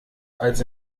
als